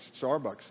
Starbucks